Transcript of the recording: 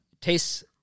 tastes